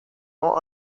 nor